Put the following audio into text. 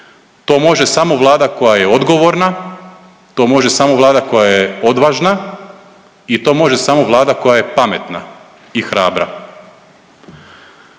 To može samo Vlada koja je odgovorna, to može samo Vlada koja je odvažna i to može samo Vlada koja je pametna i hrabra.